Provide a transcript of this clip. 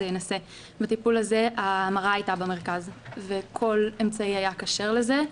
בטיפול הזה ההמרה הייתה במרכז וכל אמצעי היה כשר לזה.